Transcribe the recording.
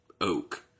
oak